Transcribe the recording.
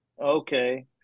Okay